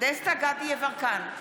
דסטה גדי יברקן,